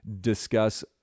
discuss